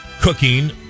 cooking